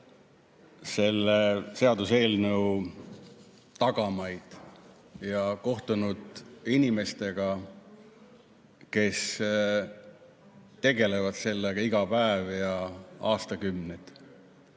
selle seaduseelnõu tagamaid ja kohtunud inimestega, kes on tegelenud selle teemaga aastakümneid